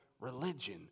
religion